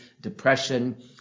depression